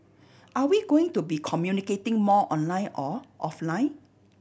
are we going to be communicating more online or offline